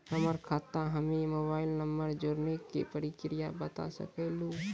हमर खाता हम्मे मोबाइल नंबर जोड़े के प्रक्रिया बता सकें लू?